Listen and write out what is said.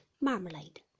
marmalade